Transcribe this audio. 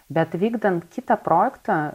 bet vykdant kitą projektą